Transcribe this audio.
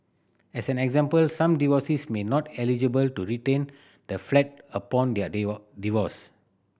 as an example some divorcees may not be eligible to retain the flat upon their divorce